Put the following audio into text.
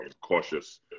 cautious